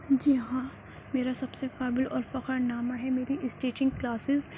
جی ہاں میرا سب سے قابل اور فخرنامہ ہے میری اسٹیچنگ کلاسس